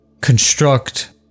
construct